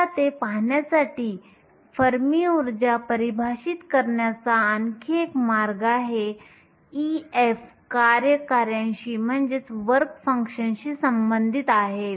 आता ते पाहण्यासाठी फर्मी ऊर्जा परिभाषित करण्याचा आणखी एक मार्ग आहे Ef कार्य कार्याशी संबंधित आहे